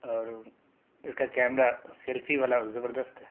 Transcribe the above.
اور اس کا کیمرہ سیلفی والا زبردست ہیں